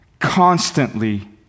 constantly